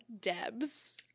Debs